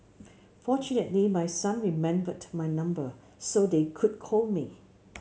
fortunately my son remembered my number so they could call me